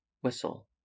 whistle